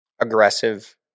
Aggressive